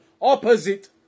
Opposite